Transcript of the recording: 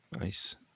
Nice